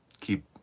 keep